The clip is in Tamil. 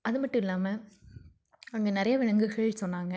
அது மட்டும் இல்லாமல் அங்கே நிறைய விலங்குகள் சொன்னாங்க